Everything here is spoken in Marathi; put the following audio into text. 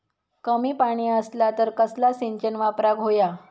कमी पाणी असला तर कसला सिंचन वापराक होया?